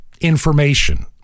information